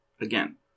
Again